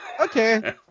Okay